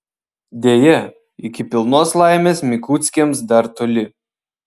deja iki pilnos laimės mikuckiams dar toli